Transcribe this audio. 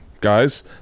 guys